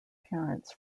parents